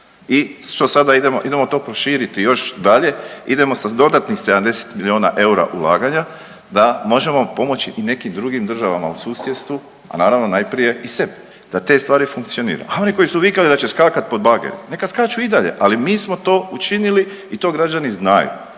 I sada idemo to proširiti još dalje, idemo sa dodatnih 70 miliona eura ulaganja da možemo pomoći i nekim drugim državama u susjedstvu, a naravno najprije i sebi da te stvari funkcioniraju. A oni koji su vikali da će skakati pod bagere neka skaču i dalje, ali mi smo to učinili i to građani znaju.